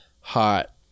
hot